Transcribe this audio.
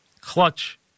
clutch